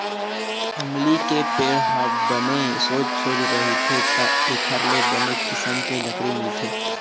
अमली के पेड़ ह बने सोझ सोझ रहिथे त एखर ले बने किसम के लकड़ी मिलथे